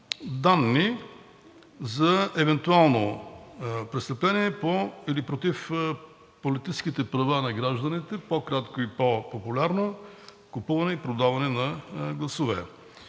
данни за евентуално престъпление против политическите права на гражданите – по-кратко и по-популярно: купуване и продаване на гласове.